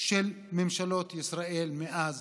של ממשלות ישראל מאז